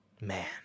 Man